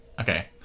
Okay